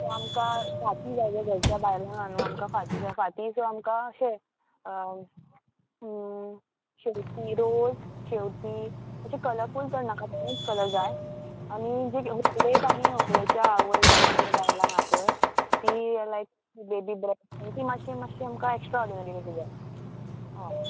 so आमकां फाती जाय जाल्या घरच्या बायलांक आहा न्हू आमकां फांती जाय फांती सो आमकां अशें शेवती रोज शेवती अशें कलरफूल करनाका पपल कलर जाय आनी जी व्हंकलेक आनी व्हंकलेच्या आवयक आनी बायलांक आहा पळय ती लायक बेबी ब्रेत ती मातशी मात्शी आमकां एक्स्ट्रा ऑर्डिनरी आसा जाय हय